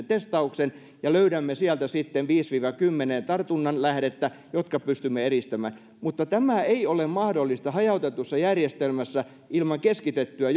testauksen ja löydämme sieltä sitten viiden viiva kymmenen tartunnan lähdettä jotka pystymme eristämään mutta tämä ei ole mahdollista hajautetussa järjestelmässä ilman keskitettyä